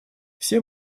все